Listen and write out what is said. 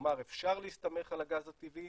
כלומר אפשר להסתמך על הגז הטבעי.